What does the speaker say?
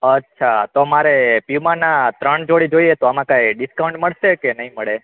અછાં તો મારે યૂમાંના ત્રણ જોડી જોઈએ તો આમાં કઈ ડિસ્કાઉન્ડ મળશે કે નહીં મળે